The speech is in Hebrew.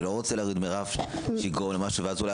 אני לא רוצה להוריד רף שאולי יגרום משהו ואז אולי